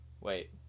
Wait